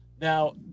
Now